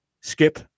skip